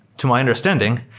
to my understanding,